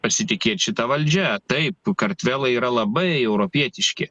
pasitikėt šita valdžia taip kartvelai yra labai europietiški